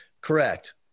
Correct